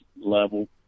level